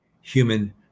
human